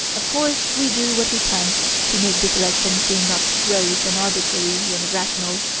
of course we do what we can to make the selection seem not gross and arbitrary and irrational.